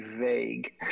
vague